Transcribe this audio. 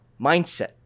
mindset